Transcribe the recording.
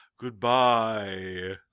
Goodbye